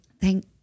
Thank